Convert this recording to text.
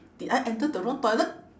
did I enter the wrong toilet